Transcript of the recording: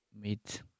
meet